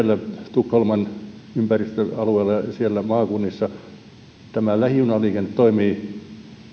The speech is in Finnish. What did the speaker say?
tukholman ympäristön alueella ja maakunnissa lähijunaliikenne toimii